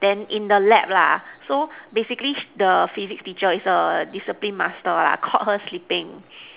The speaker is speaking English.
then in the lab lah so basically she the Physics teacher is a discipline master lah caught her sleeping